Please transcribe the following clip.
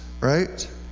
right